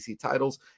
titles